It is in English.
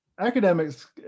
academics